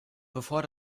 bevor